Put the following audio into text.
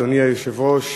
אדוני היושב-ראש,